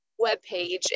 webpage